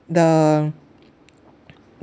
the